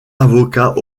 avocat